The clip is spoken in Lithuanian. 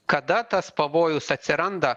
kada tas pavojus atsiranda